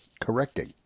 correcting